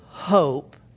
hope